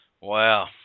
Wow